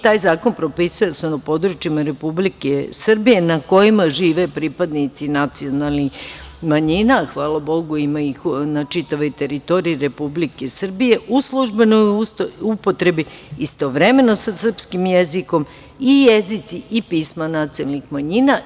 Taj zakon propisuje da su na područjima Republike Srbije na kojima žive pripadnici nacionalnih manjina, hvala Bogu ima ih na čitavoj teritoriji Republike Srbije, u upotrebi istovremeno sa srpskim jezikom i jezici i pisma nacionalnih manjina.